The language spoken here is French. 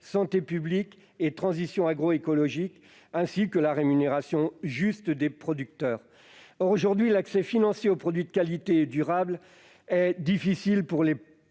santé publique, transition agroécologique et rémunération juste des producteurs. Or, aujourd'hui, l'accès financier aux produits de qualité et durables est difficile pour les